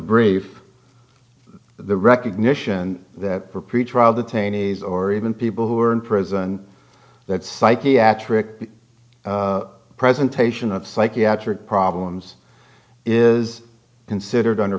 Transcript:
brief the recognition that pretrial detainees or even people who are in prison that psychiatric presentation of psychiatric problems is considered under